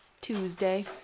Tuesday